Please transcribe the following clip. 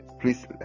please